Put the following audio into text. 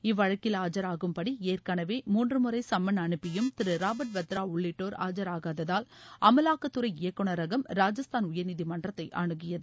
இவ்வழக்கில் ஆஜராகும்பட் ஏற்களவே மூன்று முறை சும்மன் அனுப்பியும் திரு ராபாட் வத்ரா உள்ளிட்டோர் ஆஜாகாததால் அமலாக்கத்துறை இயக்குநரகம் ராஜஸ்தான் உயர்நீதிமன்றத்தை அனுகியது